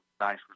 nice